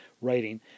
writing